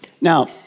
Now